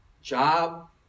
job